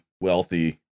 wealthy